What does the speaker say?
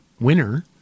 winner